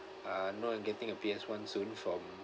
uh no I'm getting P_S one soon from